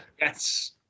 yes